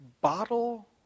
bottle